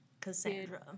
Cassandra